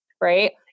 right